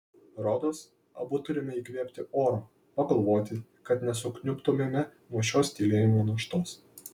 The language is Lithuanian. rodos abu turime įkvėpti oro pagalvoti kad nesukniubtumėme nuo šios tylėjimo naštos